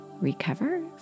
recover